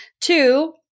Two